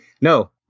No